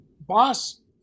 Boss